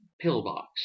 Pillbox